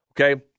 Okay